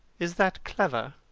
is that clever?